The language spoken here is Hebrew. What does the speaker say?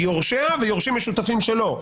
יורשיה ויורשים משותפים שלו.